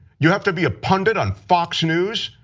you have to be a pundit on fox news?